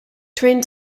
train